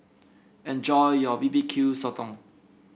enjoy your B B Q Sotong